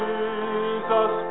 Jesus